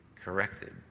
corrected